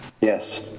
Yes